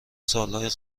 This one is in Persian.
سالهای